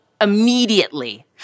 immediately